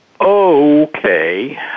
Okay